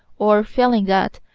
or failing that,